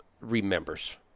remembers